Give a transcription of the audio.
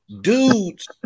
dudes